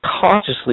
consciously